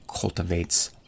cultivates